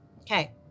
Okay